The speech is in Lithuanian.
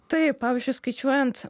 taip pavyzdžiui skaičiuojant